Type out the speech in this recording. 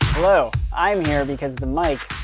hello. i'm here because the mike